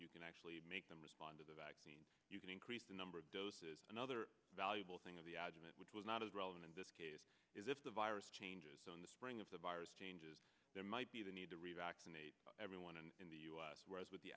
you can actually make them respond to the vaccine you can increase the number of doses another valuable thing on the agilent which was not as relevant in this case is if the virus changes on the spring of the virus changes there might be the need to revaccinated everyone in the u s whereas with the